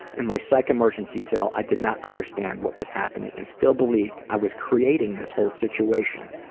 in my psych emergency cell i did not understand what was happening and still believed i was creating this whole situation.